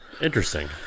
interesting